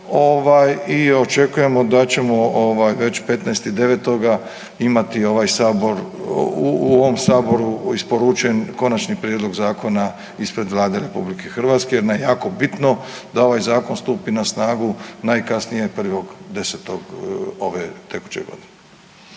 i očekujemo da ćemo već 15. 09. imati u ovom Saboru isporučen Konačni prijedlog zakona ispred Vlade Republike Hrvatske, jer nam je jako bitno da ovaj Zakon stupi na snagu najkasnije 1. 10. ove tekuće godine.